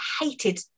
hated